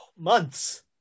months